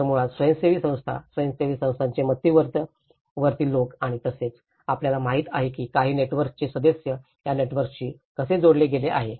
तर मुळात स्वयंसेवी संस्था स्वयंसेवी संस्थांचे मध्यवर्ती व्यक्ती आणि तसेच आपल्याला माहिती आहे की काही नेटवर्कचे सदस्य या नेटवर्कशी कसे जोडले गेले आहेत